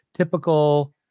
typical